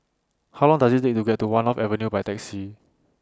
How Long Does IT Take to get to one North Avenue By Taxi